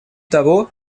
того